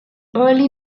early